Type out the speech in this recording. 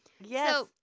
Yes